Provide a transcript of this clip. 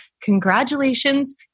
congratulations